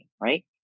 right